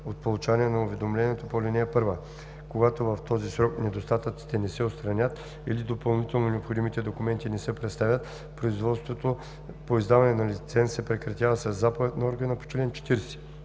от получаване на уведомлението по ал. 1. Когато в този срок недостатъците не се отстранят или допълнително необходимите документи не се представят, производството по издаване на лиценз се прекратява със заповед на органа по чл. 40.